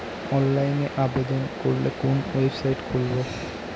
অনলাইনে আবেদন করলে কোন ওয়েবসাইট খুলব?